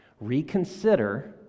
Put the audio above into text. reconsider